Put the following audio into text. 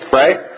right